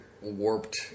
warped